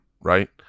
right